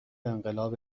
انقلاب